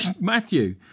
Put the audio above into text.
Matthew